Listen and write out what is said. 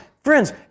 friends